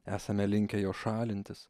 esame linkę jo šalintis